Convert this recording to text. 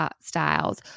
styles